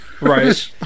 right